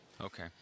Okay